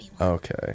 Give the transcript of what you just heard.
Okay